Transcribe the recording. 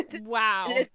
Wow